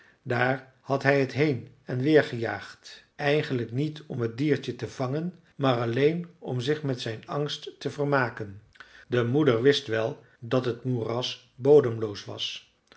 daar had hij het heen en weer gejaagd eigenlijk niet om het diertje te vangen maar alleen om zich met zijn angst te vermaken de moeder wist wel dat het moeras bodemloos was